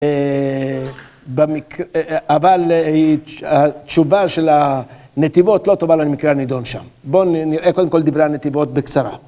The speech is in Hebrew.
אבל התשובה של הנתיבות לא טובה למקרה הנידון שם. בואו נראה קודם כל דברי הנתיבות בקצרה.